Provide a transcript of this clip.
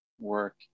work